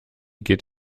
geht